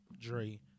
Dre